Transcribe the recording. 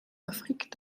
afrique